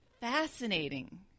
fascinating